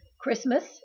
Christmas